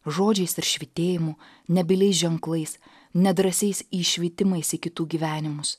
žodžiais ir švytėjimu nebyliais ženklais nedrąsiais įšvitimais į kitų gyvenimus